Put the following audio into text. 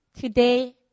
today